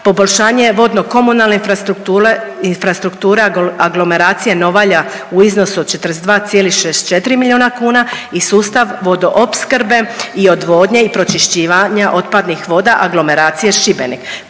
poboljšanje vodno komunalne infrastrukture aglomeracije Novalja u iznosu od 42,64 milijuna kuna i sustav vodoopskrbe i odvodnje i pročišćivanje otpadnih voda aglomeracije Šibenik.